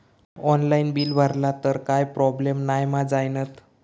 Online bill भरला तर काय प्रोब्लेम नाय मा जाईनत?